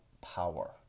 power